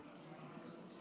(חותם